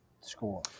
score